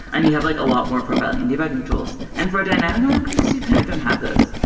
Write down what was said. and you have like a lot more profiling and debugging tools. and for dynamic languages, you kind of don't have this.